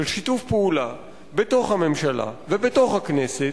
שיתוף פעולה בתוך הממשלה ובתוך הכנסת,